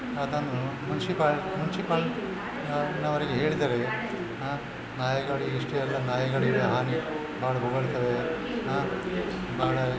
ಅದನ್ನು ಮುನ್ಶಿಪಾಲ್ ಮುನ್ಶಿಪಾಲ್ನವರಿಗೆ ಹೇಳಿದರೆ ನಾಯಿಗಳು ಎಷ್ಟೆಲ್ಲ ನಾಯಿಗಳಿವೆ ಹಾನಿ ಮಾಡಿ ಬೊಗಳ್ತವೆ ಭಾಳ